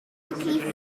perfectly